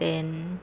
then